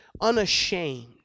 unashamed